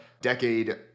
decade